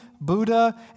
Buddha